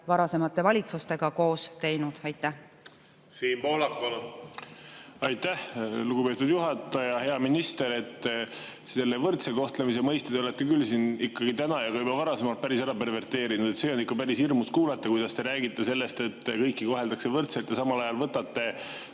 varasemate valitsustega koos teinud. Siim Pohlak, palun! Siim Pohlak, palun! Aitäh, lugupeetud juhataja! Hea minister! Selle võrdse kohtlemise mõiste te olete küll siin täna ja juba varasemalt päris ära perverteerinud. Seda on ikka päris hirmus kuulata, kuidas te räägite sellest, et kõiki koheldakse võrdselt, ja samal ajal võtate